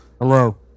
Hello